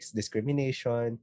discrimination